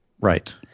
Right